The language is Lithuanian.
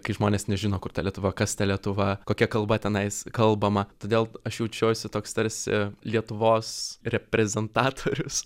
kai žmonės nežino kur ta lietuva kas ta lietuva kokia kalba tenais kalbama todėl aš jaučiausi toks tarsi lietuvos reprezentatorius